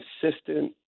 consistent